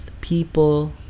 people